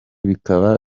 bikaba